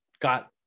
got